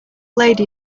lady